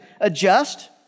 adjust